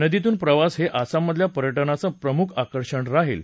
नदीतून प्रवास हे आसाममधल्या पर्यटनाचं प्रमुख आकर्षण राहील